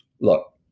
look